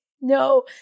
no